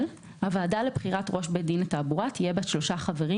(ג)הוועדה לבחירת ראש בית דין לתעבורה תהיה בת שלושה חברים,